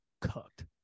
cooked